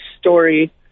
story